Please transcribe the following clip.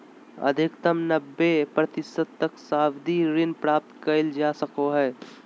अधिकतम नब्बे प्रतिशत तक सावधि ऋण प्रदान कइल जा सको हइ